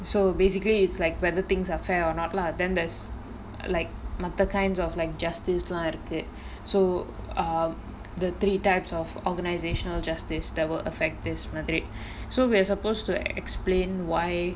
so basically it's like whether things are fair or not lah then there's like மத்த:matha kinds of like justice lah இருக்கு:irukku so are the three types of organisational justice that will affect this moderate so we're supposed to explain why